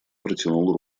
протянул